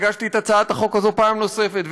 והגשתי את הצעת החוק הזאת פעם נוספת,